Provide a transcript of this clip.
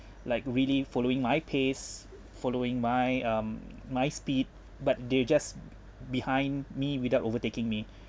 like really following my pace following my um my speed but they just behind me without overtaking me